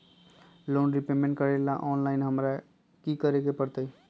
Loan repayment करेला online हमरा की करे के परतई?